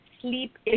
sleep